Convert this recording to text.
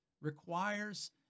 requires